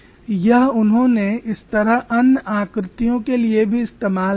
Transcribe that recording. यह उन्होंने इस तरह अन्य आकृतियों के लिए भी इस्तेमाल किया है